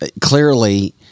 clearly